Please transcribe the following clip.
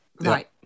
Right